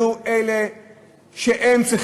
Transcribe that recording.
הנקודה השלישית,